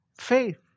Faith